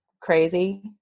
crazy